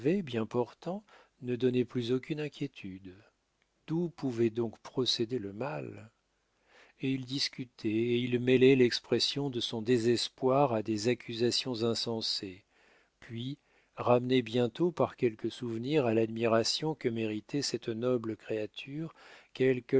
bien portants ne donnaient plus aucune inquiétude d'où pouvait donc procéder le mal et il discutait et il mêlait l'expression de son désespoir à des accusations insensées puis ramené bientôt par quelque souvenir à l'admiration que méritait cette noble créature